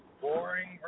boring